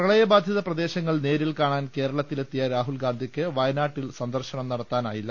പ്രളയബാധിത പ്രദേശങ്ങൾ നേരിൽ കാണാൻ കേരളത്തിലെ ത്തിയ രാഹുൽഗാന്ധിയ്ക്ക് വയനാട്ടിൽ സന്ദർശനം നടത്തായി ല്ല